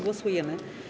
Głosujemy.